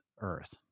earth